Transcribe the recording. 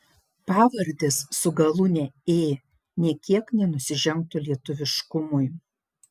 pavardės su galūne ė nė kiek nenusižengtų lietuviškumui